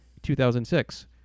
2006